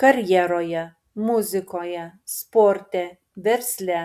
karjeroje muzikoje sporte versle